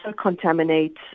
contaminate